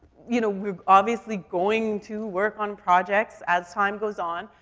you know, we're obviously going to work on projects as time goes on,